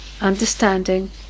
understanding